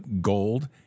Gold